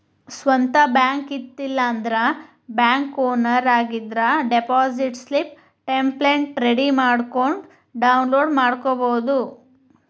ಸ್ವಂತ್ ಬ್ಯಾಂಕ್ ಇತ್ತ ಇಲ್ಲಾಂದ್ರ ಬ್ಯಾಂಕ್ ಓನರ್ ಆಗಿದ್ರ ಡೆಪಾಸಿಟ್ ಸ್ಲಿಪ್ ಟೆಂಪ್ಲೆಟ್ ರೆಡಿ ಮಾಡ್ಕೊಂಡ್ ಡೌನ್ಲೋಡ್ ಮಾಡ್ಕೊಬೋದು